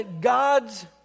God's